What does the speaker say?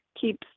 keeps